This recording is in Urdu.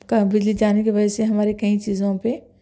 کا بجلی جانے کی وجہ سے ہمارے کئی چیزوں پہ